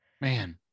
Man